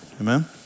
Amen